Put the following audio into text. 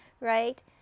right